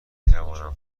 توانم